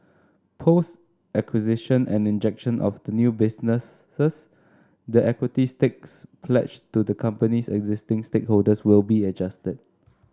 post acquisition and injection of the new businesses the equity stakes pledged to the company's existing stakeholders will be adjusted